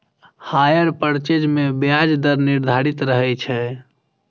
hire purchase मे ब्याज दर निर्धारित रहै छै